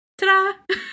Ta-da